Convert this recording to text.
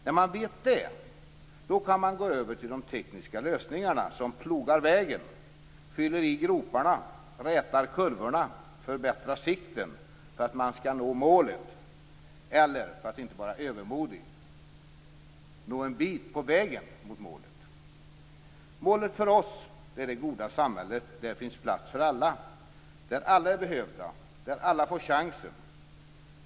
När man vet det kan man gå över till de tekniska lösningarna som plogar vägen, fyller i groparna, rätar kurvorna, förbättrar sikten för att man skall nå målet, eller, för att inte vara övermodig, nå en bit på väg mot målet. Målet för oss är det goda samhället där det finns plats för alla, där alla är behövda och där alla får chansen.